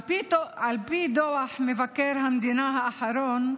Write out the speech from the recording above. על פי דוח מבקר המדינה האחרון,